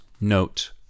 note